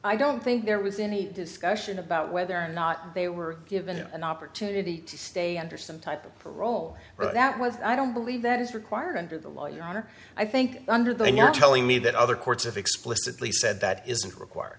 i don't think there was any discussion about whether or not they were given an opportunity to stay under some type of parole but that was i don't believe that is required under the law your honor i think under the not telling me that other courts have explicitly said that isn't required